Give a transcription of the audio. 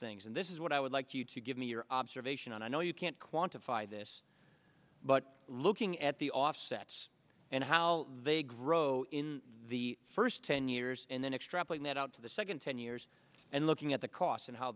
things and this is what i would like you to give me your observation and i know you can't quantify this but looking at the offsets and how they grow in the first ten years and then extrapolate that out to the second ten years and looking at the cost and how